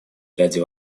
ряде